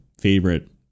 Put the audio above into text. favorite